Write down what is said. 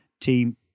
team